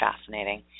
fascinating